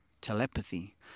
Telepathy